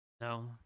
No